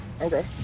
okay